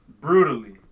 Brutally